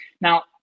Now